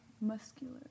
Muscular